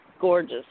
gorgeous